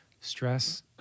stress